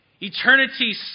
eternity